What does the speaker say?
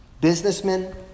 businessmen